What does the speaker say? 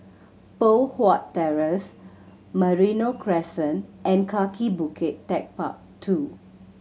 Poh Huat Terrace Merino Crescent and Kaki Bukit Techpark Two